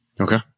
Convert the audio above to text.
Okay